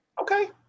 Okay